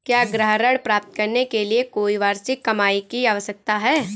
क्या गृह ऋण प्राप्त करने के लिए कोई वार्षिक कमाई की आवश्यकता है?